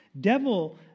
Devil